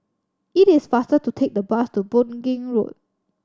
it is faster to take the bus to Boon Keng Road